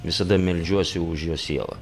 visada meldžiuosi už jo sielą